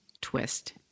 twist